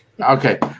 Okay